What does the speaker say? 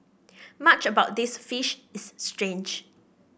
much about this fish is strange